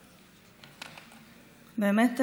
באמת,